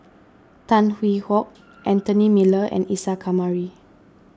Tan Hwee Hock Anthony Miller and Isa Kamari